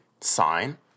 sign